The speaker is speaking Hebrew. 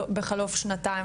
בחלוף שנתיים,